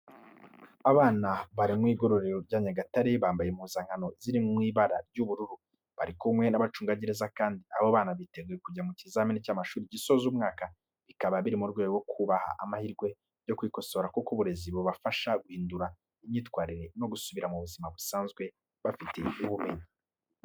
Abana bari mu igororero rya Nyagatare, bambaye impuzankano ziri mu ibara ry'ubururu, bari kumwe n'abacungagereza kandi abo bana biteguye kujya mu kizami cy'amashuri gisoza umwaka. Bikaba biri mu rwego rwo kubaha amahirwe yo kwikosora kuko uburezi bubafasha guhindura imyitwarire no gusubira mu buzima busanzwe bafite ubumenyi.